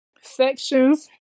sections